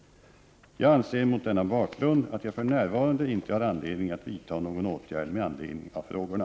Jag anser mot denna bakgrund att jag för närvarande inte har anledning att vidta någon åtgärd med anledning av frågorna.